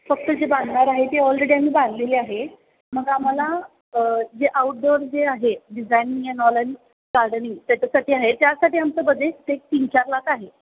फक्त जे बांधणार आहे ते ऑलरेडी आम्ही बांधलेली आहे मग आम्हाला जे आऊटडोअर जे आहे designing and all and gardening त्याच्यासाठी आहे त्यासाठी आमचं बजेट एक तीन चार लाख आहे